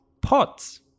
pots